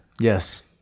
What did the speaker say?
Yes